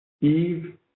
Eve